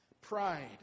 Pride